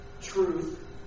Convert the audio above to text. truth